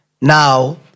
now